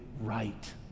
right